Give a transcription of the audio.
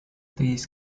these